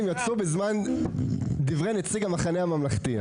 יצאו בזמן דברי נציג המחנה הממלכתי.